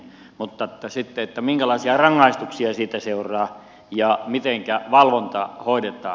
mutta minkälaisia rangaistuksia siitä seuraa ja mitenkä valvonta hoidetaan